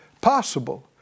possible